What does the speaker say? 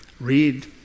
Read